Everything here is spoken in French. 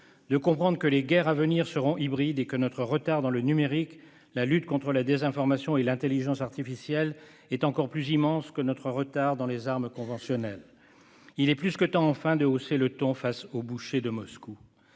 de comprendre que les guerres à venir seront hybrides et que notre retard en matière de numérique, de lutte contre la désinformation et d'intelligence artificielle est encore plus immense que notre retard dans le domaine des armes conventionnelles. Il est plus que temps, enfin, de hausser le ton face au boucher de Moscou.